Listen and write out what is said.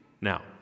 Now